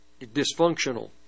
Dysfunctional